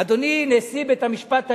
אדוני נשיא בית-המשפט העליון,